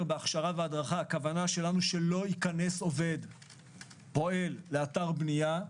הכוונה שלא ייכנס עובד או פועל לאתר בניה,